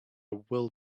will